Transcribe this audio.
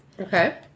Okay